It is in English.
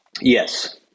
Yes